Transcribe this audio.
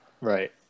Right